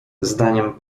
zdaniem